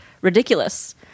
ridiculous